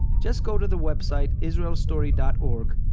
just go to the website, israelstory dot org,